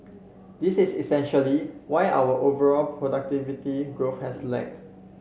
this is essentially why our overall productivity growth has lagged